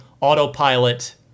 autopilot